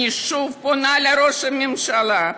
אני שוב פונה לראש הממשלה.